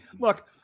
look